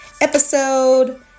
episode